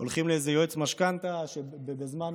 הולכים ליועץ משכנתה, שבזמן